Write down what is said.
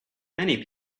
many